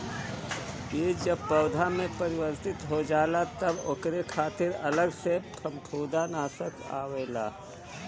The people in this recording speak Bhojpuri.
बीज जब पौधा में परिवर्तित हो जाला तब ओकरे खातिर अलग से फंफूदनाशक आवेला